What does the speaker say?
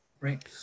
right